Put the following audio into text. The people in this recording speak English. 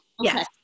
yes